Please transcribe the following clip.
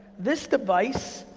this device,